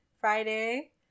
Friday